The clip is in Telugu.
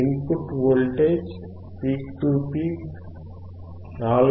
in put voltage peak to peak 4